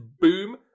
boom